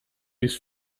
his